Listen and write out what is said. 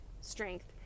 strength